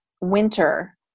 winter